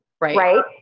right